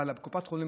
אבל קופת החולים,